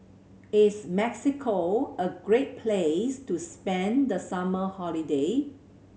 is Mexico a great place to spend the summer holiday